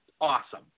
awesome